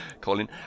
Colin